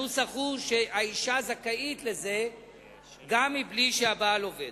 הנוסח הוא שהאשה זכאית לזה גם מבלי שהבעל עובד.